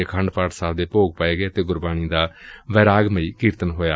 ਆਖੰਡ ਪਾਠ ਦੇ ਭੋਗ ਪਾਏ ਗਏ ਅਤੇ ਗੁਰਬਾਣੀ ਦਾ ਵੈਰਾਗਮਈ ਕੀਰਤਨ ਹੋਇਆ